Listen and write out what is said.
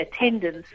attendance